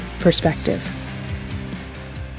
perspective